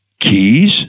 keys